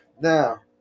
Now